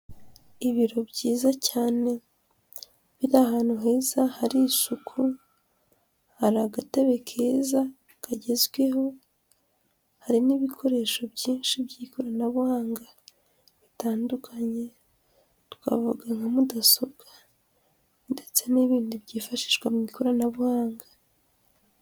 Ibiro byiza cyane, biri ahantu heza hari isuku, hari agatebe keza kagezweho, hari n'ibikoresho byinshi by'ikoranabuhanga bitandukanye, twavuga nka mudasobwa ndetse n'ibindi byifashishwa mu ikoranabuhanga.